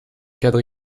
cadre